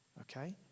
Okay